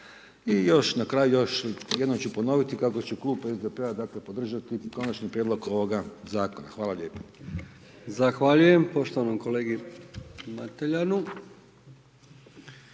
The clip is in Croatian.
I još na kraju još jednom ću ponoviti kako će Klub SDP-a dakle podržati konačni prijedlog ovoga zakona. Hvala lijepo. **Brkić, Milijan (HDZ)** Zahvaljujem poštovanom kolegi Mateljanu.